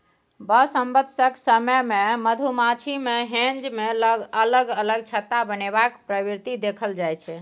बसंमतसक समय मे मधुमाछी मे हेंज मे अलग अलग छत्ता बनेबाक प्रवृति देखल जाइ छै